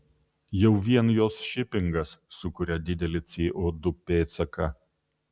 jau vien jos šipingas sukuria didelį co du pėdsaką